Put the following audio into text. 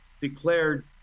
declared